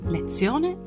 Lezione